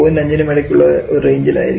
5 നും ഇടയ്ക്കുള്ള റേഞ്ചിൽ ആയിരിക്കും